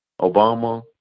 Obama